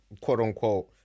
quote-unquote